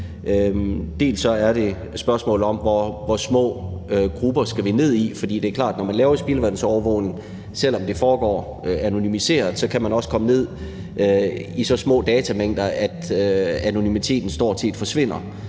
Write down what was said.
Det er spørgsmålet om, hvor små grupper vi skal ned på, for det er klart, at man, når man laver spildevandsovervågning, selv om det foregår anonymiseret, kan komme ned på så små datamængder, at anonymiteten stort set forsvinder.